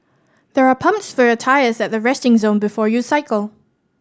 there are pumps for your tyres at the resting zone before you cycle